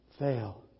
fail